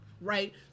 right